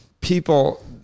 people